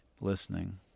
Listening